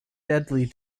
deadly